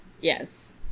Yes